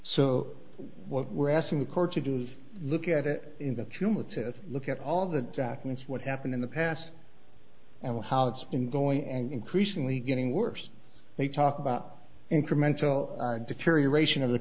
so what we're asking the court to do is look at it in a few months is look at all the documents what happened in the past and how it's been going and increasingly getting worse they talk about incremental deterioration of the